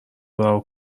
رها